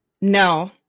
no